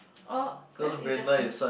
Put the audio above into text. orh that's interesting